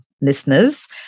listeners